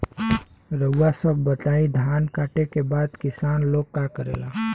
रउआ सभ बताई धान कांटेके बाद किसान लोग का करेला?